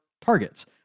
targets